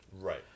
Right